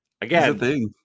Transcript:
again